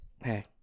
hey